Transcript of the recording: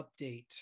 update